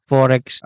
Forex